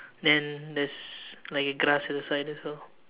then there's like a grass at the side as well